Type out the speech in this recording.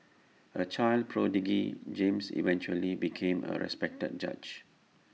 A child prodigy James eventually became A respected judge